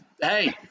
hey